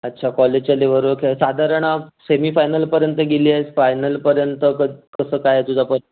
अच्छा कॉलेजच्या लेवलवर खेळ साधारण सेमीफायनलपर्यंत गेली आहेस फायनलपर्यंत कसं कसं काय तुझा प